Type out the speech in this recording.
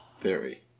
theory